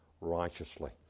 righteously